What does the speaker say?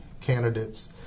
candidates